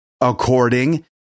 according